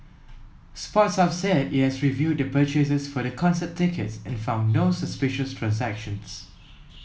sports Hub said it has reviewed the purchases for the concert tickets and found no suspicious transactions